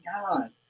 God